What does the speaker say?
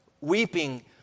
weeping